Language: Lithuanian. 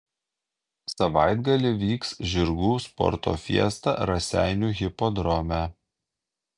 savaitgalį vyks žirgų sporto fiesta raseinių hipodrome